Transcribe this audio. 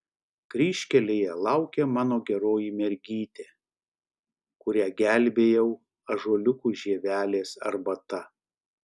kryžkelėje laukia mano geroji mergytė kurią gelbėjau ąžuoliukų žievelės arbata